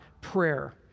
prayer